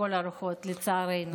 לכל הרוחות, לצערנו.